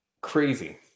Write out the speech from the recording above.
Crazy